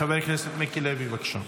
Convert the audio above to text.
חבר הכנסת מיקי לוי, בבקשה.